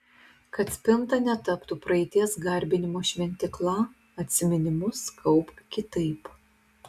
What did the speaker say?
kad spinta netaptų praeities garbinimo šventykla atsiminimus kaupk kitaip